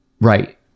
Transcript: right